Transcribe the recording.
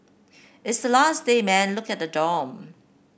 it's the last day man look at the dorm